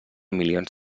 milions